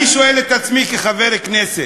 אני שואל את עצמי כחבר כנסת: